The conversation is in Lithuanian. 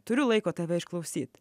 turiu laiko tave išklausyt